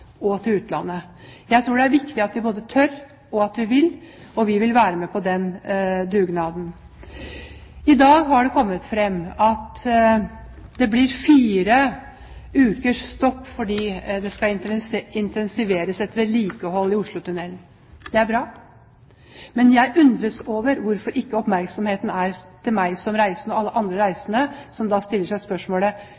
og til utlandet. Jeg tror det er viktig at vi både tør og vil, og vi vil være med på den dugnaden. I dag har det kommet frem at det blir fire ukers stopp fordi det skal intensiveres et vedlikehold i Oslotunnelen. Det er bra, men jeg undres over hvorfor ikke oppmerksomheten rettes mot meg som reisende, og mot alle andre